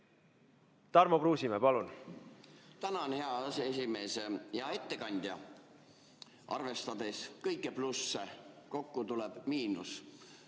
Tarmo Kruusimäe, palun! Tänan, hea aseesimees! Hea ettekandja! Arvestades kõiki plusse, kokku tuleb miinus.